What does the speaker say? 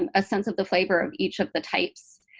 um a sense of the flavor of each of the types.